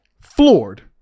floored